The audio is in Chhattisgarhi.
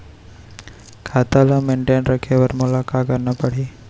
खाता ल मेनटेन रखे बर मोला का करना पड़ही?